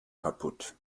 kaputt